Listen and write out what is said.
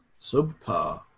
Subpar